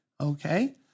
okay